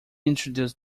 introduced